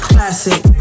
Classic